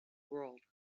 world